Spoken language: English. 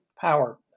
power